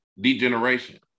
degeneration